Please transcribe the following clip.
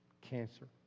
Cancer